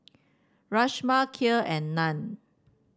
Rajma Kheer and Naan